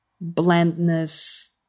blandness